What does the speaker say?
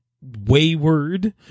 wayward